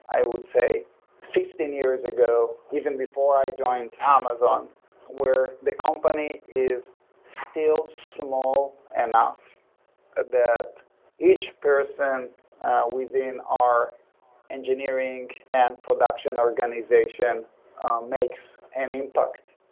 i would say fifteen years ago, even before i joined amazon where the company is still small enough that each person within our engineering and production organization makes an impact.